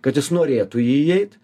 kad jis norėtų į jį įeit